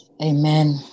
Amen